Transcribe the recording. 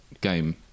game